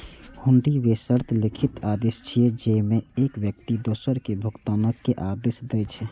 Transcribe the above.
हुंडी बेशर्त लिखित आदेश छियै, जेइमे एक व्यक्ति दोसर कें भुगतान के आदेश दै छै